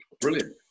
Brilliant